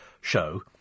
show